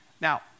Now